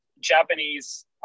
Japanese